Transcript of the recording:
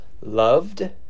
loved